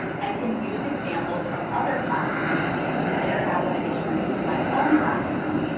i can use examples from other classrooms to consider applications in my own classroom.